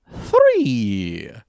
three